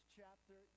chapter